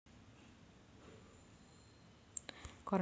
कर्नाटक हे भारतातील कॉफीचे सर्वात मोठे उत्पादक आहे